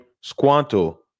Squanto